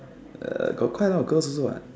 uh got quite a lot of girls also [what]